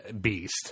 beast